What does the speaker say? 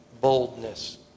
boldness